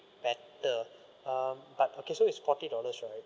better um but okay so is forty dollars right